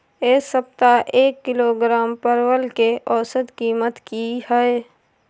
ऐ सप्ताह एक किलोग्राम परवल के औसत कीमत कि हय?